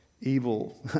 Evil